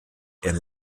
and